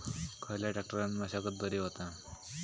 खयल्या ट्रॅक्टरान मशागत बरी होता?